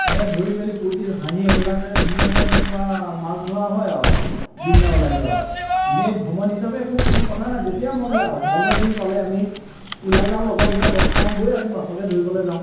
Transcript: তেনেকৈ ধৰি মেলি ফূৰ্তি হাঁহি উল্লাসেৰে ধুনীয়াকৈ একদম পুৰা মাছ ধৰা হয় আৰু যিদিনা ওলাই যোৱা হয় ইনেই ভ্ৰমণ হিচাপে একো কোনো কথা নাই যেতিয়া মন যায় আৰু বন্ধৰ দিন পালে আমি ওলাই যাওঁ লগৰগিটা লগ খাওঁ ব'ল আজি মাছকৈ ধৰিবলৈ যাওঁ